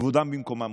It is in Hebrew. כבודן במקומן מונח.